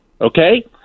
Okay